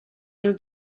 new